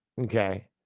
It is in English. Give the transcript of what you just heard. okay